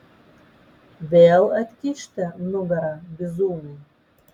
vėl atkišti nugarą bizūnui